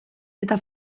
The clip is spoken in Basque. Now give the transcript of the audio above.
eta